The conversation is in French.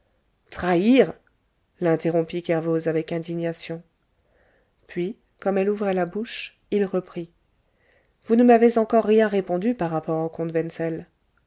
trahir l'interrompit kervoz avec indignation puis comme elle ouvrait la bouche il reprit vous ne m'avez encore rien répondu par rapport au comte wenzel